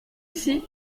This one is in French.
ici